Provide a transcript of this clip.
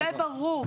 זה ברור.